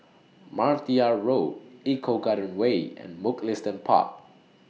Martia Road Eco Garden Way and Mugliston Park